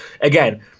again